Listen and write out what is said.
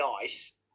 nice